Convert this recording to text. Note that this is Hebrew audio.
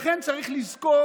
לכן, צריך לזכור